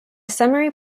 summary